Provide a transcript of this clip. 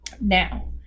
Now